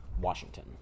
Washington